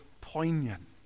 poignant